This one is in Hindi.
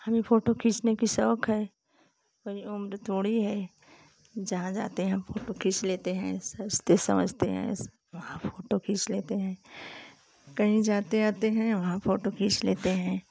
हमें फोटू खींचने की शौक़ है तभी उम्र थोड़ी है जहाँ जाते हैं फोटू खींच लेते हैं सजते संवरते हैं वहाँ फोटो खींच लेते हैं कहीं जाते आते हैं वहाँ फोटो खींच लेते हैं